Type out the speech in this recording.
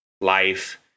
life